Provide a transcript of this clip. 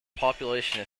population